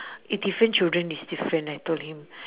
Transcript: i~ different children is different I told him